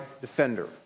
defender